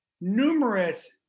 numerous